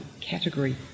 category